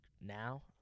now